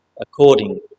according